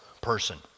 person